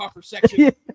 section